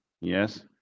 Yes